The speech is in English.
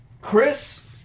Chris